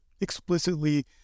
explicitly